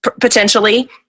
potentially